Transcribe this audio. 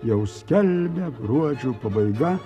jau skelbia gruodžio pabaiga